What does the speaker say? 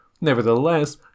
Nevertheless